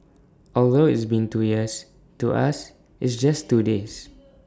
although it's been two years to us it's just two days